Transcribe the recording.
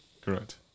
correct